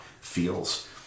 feels